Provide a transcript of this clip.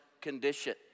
condition